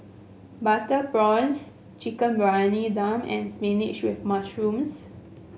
Butter Prawns Chicken Briyani Dum and spinach with mushrooms